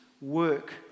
work